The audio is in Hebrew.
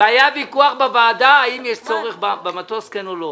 היה ויכוח בוועדה האם יש צורך במטוס, כן או לא.